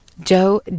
Joe